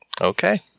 okay